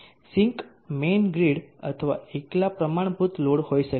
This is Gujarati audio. સિંક મેઇન્સ ગ્રીડ અથવા એકલા પ્રમાણભૂત લોડ હોઈ શકે છે